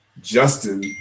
justin